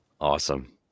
Awesome